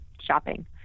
shopping